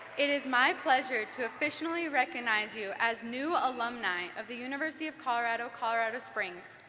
it is my pleasure to officially recognize you as new alumni of the university of colorado colorado springs.